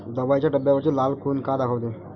दवाईच्या डब्यावरची लाल खून का दाखवते?